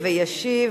ישיב,